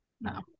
No